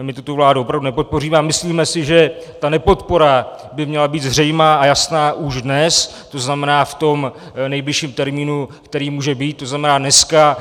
A my tuto vládu opravdu nepodpoříme a myslíme si, že ta nepodpora by měla být zřejmá a jasná už dnes, to znamená v tom nejbližším termínu, který může být, to znamená dneska.